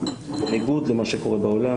בניגוד למה שקורה בעולם,